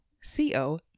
C-O